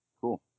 Cool